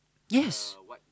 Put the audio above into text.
yes